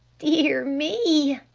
dear me.